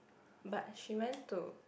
but she went to